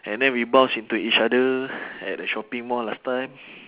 and then we bounce into each other at a shopping mall last time